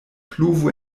pluvo